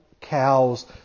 cows